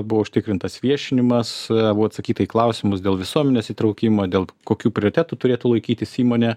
buvo užtikrintas viešinimas buvo atsakyta į klausimus dėl visuomenės įtraukimo dėl kokių prioritetų turėtų laikytis įmonė